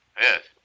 Yes